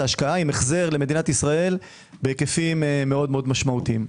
השקעה עם החזר למדינת ישראל בהיקפים מאוד-מאוד משמעותיים.